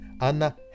Anna